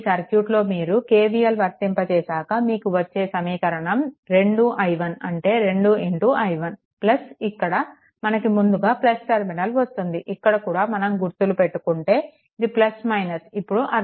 ఈ సర్క్యూట్లో మీరు KVL వర్తింప చేశాక మీకు వచ్చే సమీకరణం 2i1 అంటే 2i1 ఇక్కడ మనకు ముందుగా టర్మినల్ వస్తుంది ఇక్కడ కూడా మనం గుర్తులు పెట్టుకుంటే ఇది ఇప్పుడు అర్థం అవుతుంది